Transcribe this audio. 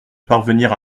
parvenir